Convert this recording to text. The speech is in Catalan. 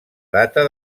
data